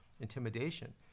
Intimidation